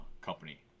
company